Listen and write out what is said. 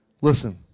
Listen